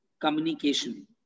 communication